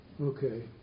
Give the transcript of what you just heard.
Okay